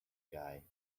guy